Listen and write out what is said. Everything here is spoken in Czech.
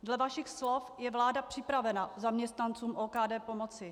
Dle vašich slov je vláda připravena zaměstnancům OKD pomoci.